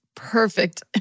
Perfect